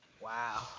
Wow